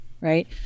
right